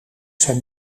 zijn